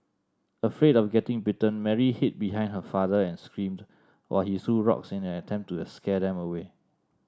afraid of getting bitten Mary hid behind her father and screamed while he threw rocks in an attempt to scare them away